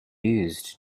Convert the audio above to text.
used